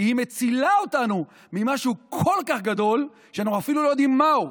כי היא מצילה אותנו ממשהו כל כך גדול שאנחנו אפילו לא יודעים מהו.